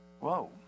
whoa